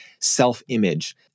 self-image